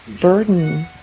burden